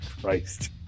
Christ